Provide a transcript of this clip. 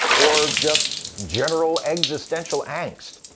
or just general existential angst?